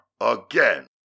again